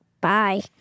Bye